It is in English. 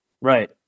Right